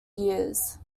years